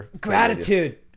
gratitude